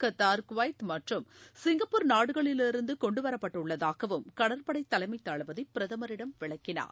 Qatar Kuwait மற்றும் Singapore நாடுகளிலிருந்து கொண்டு வரப்பட்டுள்ளதாகவும் கடற்படை தலைமை தளபதி பிரதமரிடம் விளக்கினார்